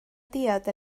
diod